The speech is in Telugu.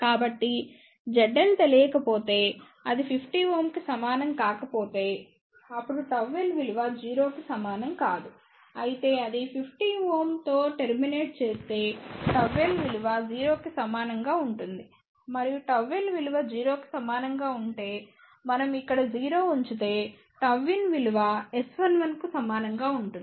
కాబట్టి ZL తెలియకపోతే అది 50 Ω కు సమానం కాకపోతే అప్పుడు ΓL విలువ 0 కి సమానం కాదు అయితే అది 50 Ω తో టెర్మినేట్ చేస్తే ΓL విలువ 0 కి సమానంగా ఉంటుంది మరియు ΓL విలువ 0 కి సమానంగా ఉంటే మనం ఇక్కడ 0 ఉంచితే Γin విలువ S11 కు సమానంగా ఉంటుంది